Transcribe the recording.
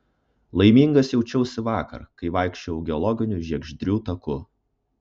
laimingas jaučiausi vakar kai vaikščiojau geologiniu žiegždrių taku